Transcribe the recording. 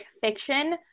fiction